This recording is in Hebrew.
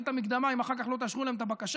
את המקדמה אם אחר כך לא תאשרו להם את הבקשה.